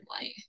light